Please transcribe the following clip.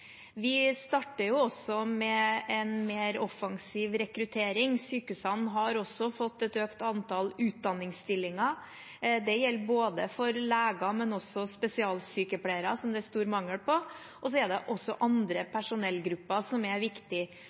Vi starter også med en mer offensiv rekruttering. Sykehusene har fått et økt antall utdanningsstillinger, det gjelder både for leger og for spesialsykepleiere, som det er stor mangel på. Og så er det også andre personellgrupper som er